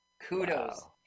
kudos